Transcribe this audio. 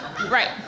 Right